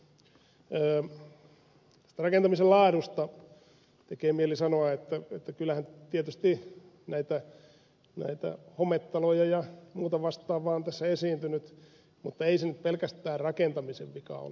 rakentamisen laadusta tekee mieli sanoa että kyllähän tietysti näitä hometaloja ja muuta vastaavaa on tässä esiintynyt mutta ei se nyt pelkästään rakentamisen vika ole ollut